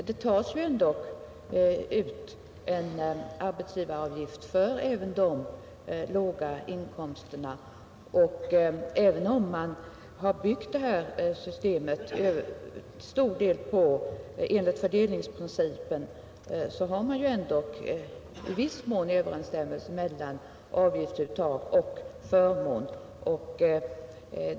Det tas dock ut arbetsgivaravgift även för de låga inkomsterna, och även om systemet till stor del har byggts på fördelningsprincipen finns det ändå i viss mån en överensstämmelse mellan avgiftsuttag och förmån.